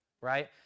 right